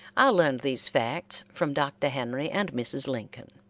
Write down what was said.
i learned these facts from dr. henry and mrs. lincoln.